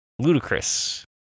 Ludicrous